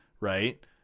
Right